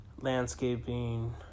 landscaping